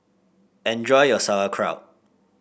enjoy your Sauerkraut